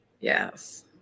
Yes